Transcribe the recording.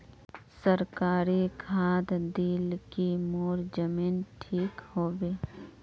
सरकारी खाद दिल की मोर जमीन ठीक होबे?